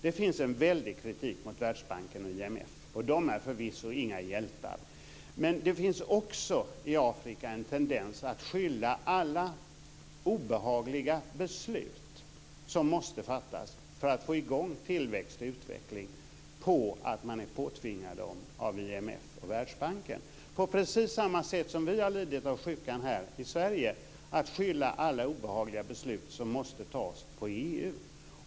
Det finns en väldig kritik mot Världsbanken och IMF, och de är förvisso inga hjältar, men det finns också i Afrika en tendens att skylla alla obehagliga beslut som måste fattas för att få i gång tillväxt och utveckling på att man har påtvingats dem av IMF och Världsbanken, på precis samma sätt som vi har lidit av sjukan här i Sverige att skylla alla obehagliga beslut som måste fattas på EU.